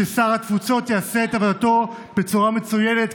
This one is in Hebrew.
שר התפוצות יעשה את עבודתו בצורה מצוינת,